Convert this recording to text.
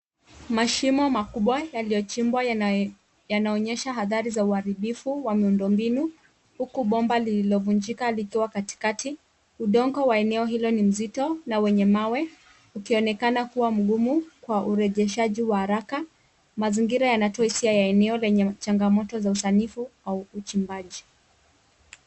Mashimo makubwa yaliyochimbwa yanaonyesha athari za uharibifu wa miundo mbinu huku bomba lililovunjika likiwa katikati. Udongo wa eneo hilo ni nzito na wenye mawe ukionekana kuwa mgumu kwa urejeshaji wa haraka. Mazingira yanatoa hisia ya eneo lenye changamoto za usanifu au uchimbaji.